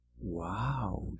wow